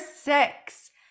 six